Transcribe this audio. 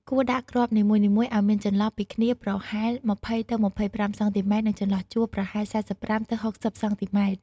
គួរដាំគ្រាប់នីមួយៗឱ្យមានចន្លោះពីគ្នាប្រហែល ២០ ទៅ ២៥ សង់ទីម៉ែត្រ និងចន្លោះជួរប្រហែល ៤៥ ទៅ ៦០ សង់ទីម៉ែត្រ។